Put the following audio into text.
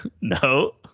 no